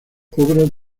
obras